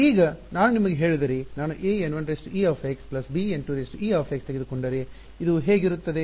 ಈಗ ನಾನು ನಿಮಗೆ ಹೇಳಿದರೆ ನಾನು aN 1e bN 2e ತೆಗೆದುಕೊಂಡರೆ ಇದು ಹೇಗಿರುತ್ತದೆ